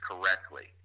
correctly